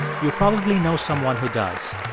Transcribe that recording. you probably know someone who does,